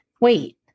Wait